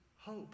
hope